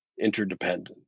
interdependent